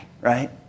right